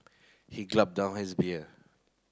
he down his beer